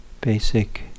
basic